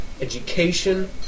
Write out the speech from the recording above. education